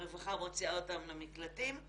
הרווחה מוציאה אותם למקלטים,